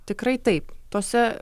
tikrai taip tose